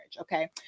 Okay